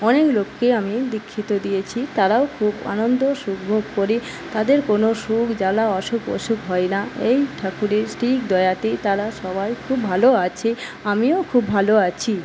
অনেক লোককে আমি দীক্ষিত দিয়েছি তারাও খুব আনন্দ সুখ ভোগ করে তাদের কোনো সুখ জ্বালা অসুখ অসুখ হয় না এই ঠাকুরের স্থির দয়াতেই তারা সবাই খুব ভালো আছে আমিও খুব ভালো আছি